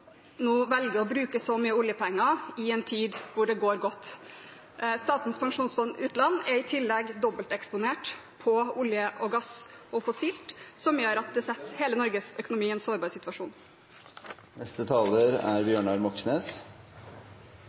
velger å bruke så mye oljepenger i en tid hvor det går godt. Statens pensjonsfond utland er i tillegg dobbelteksponert på olje og gass og fossilt, som gjør at man setter hele Norges økonomi i en sårbar situasjon. I dag er